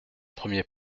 premier